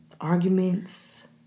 Arguments